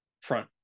front